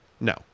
No